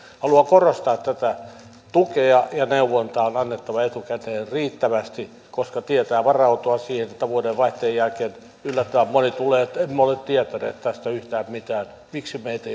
haluan korostaa tätä tukea ja neuvontaa on annettava etukäteen riittävästi koska tiedetään varautua siihen että vuodenvaihteen jälkeen yllättävän moni tulee sanomaan että emme ole tietäneet tästä yhtään mitään miksi meitä